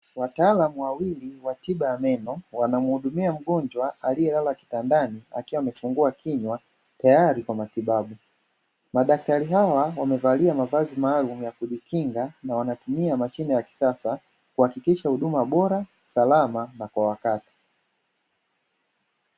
Wataalamu wawili wa tiba ya meno wanamhudumia mgonjwa aliyelala kitandani akiwa amefungua kinywa tayari kwa matibabu. Madaktari hawa wamevalia mavazi maalum ya kujikinga na wanatumia mashine ya kisasa kuhakikisha huduma bora, salama na kwa wakati.